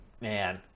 Man